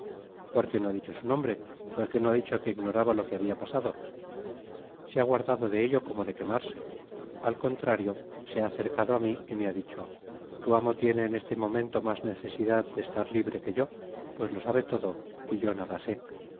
por qué no ha dicho su nombre por qué no ha dicho que ignoraba lo que habia pasado se ha guardado de ello como de quemarse al contrario se ha acercado á mí y me ha dicho tu amo tiene en este momento mas necesidad de estar libre que yo pues lo sabe todo y yo nada sé